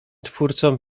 twórcą